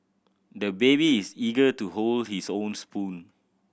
the baby is eager to hold his own spoon